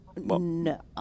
No